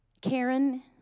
Karen